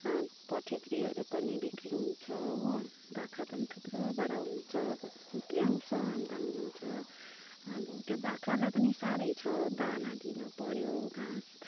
पठेग्रीहरू पनि बिक्री हुन्छ हो बाख्रा पनि थुप्रोबाट हुन्छ निकै आउँछ आम्दानी हुन्छ अब त्यो बाख्रालाई पनि साह्रै छ दाना दिनुपऱ्यो घाँस